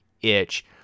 itch